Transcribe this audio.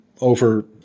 over